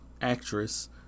actress